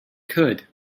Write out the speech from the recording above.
could